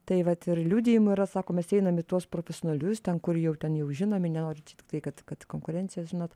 tai vat ir liudijimų yra sako mes einam į tuos profesionalius ten kur jau ten jau žinomi nenoriu čia tiktai kad konkurencijos žinot